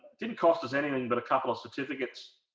didn't cost us anything but a couple of certificates